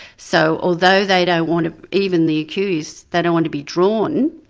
so although they don't want to, even the accused, they don't want to be drawn,